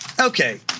okay